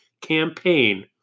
campaign